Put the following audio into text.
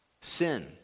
sin